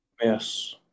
Yes